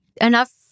enough